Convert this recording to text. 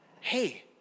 Hey